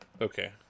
Okay